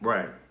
Right